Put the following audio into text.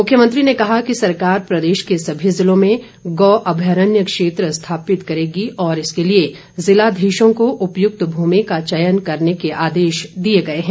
मुख्यमंत्री ने कहा कि सरकार प्रदेश के सभी जिलों में गौ अभ्यारण्य क्षेत्र स्थापित करेगी और इसके लिए जिलाधीशों को उपयुक्त भूमि का चयन करने के आदेश दिए गए हैं